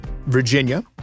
Virginia